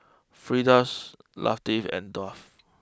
Firdaus Latif and Daud